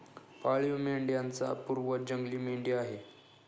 पाळीव मेंढ्यांचा पूर्वज जंगली मेंढी आहे